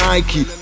Nike